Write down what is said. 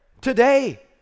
today